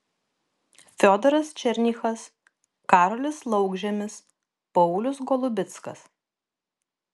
fiodoras černychas karolis laukžemis paulius golubickas